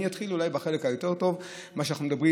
אני אתחיל אולי בחלק היותר-טוב במה שאנחנו מדברים,